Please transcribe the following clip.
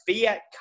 fiat